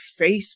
Facebook